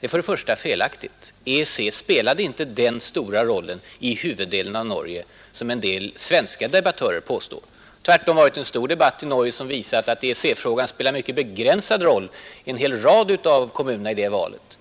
Det är felaktigt — EEC spelade inte den stora roll i huvuddelen av norska valrörelsen som en del svenska debattörer påstår. Det har tvärtom varit Norge som visat att EEC-frågan spelade en mycket begränsad roll i en hel rad av kommunerna i det valet.